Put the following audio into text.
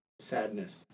sadness